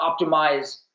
optimize